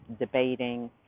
debating